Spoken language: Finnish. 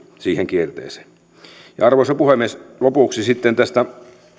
siihen kierteeseen joudu arvoisa puhemies lopuksi sitten tästä